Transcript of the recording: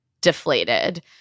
deflated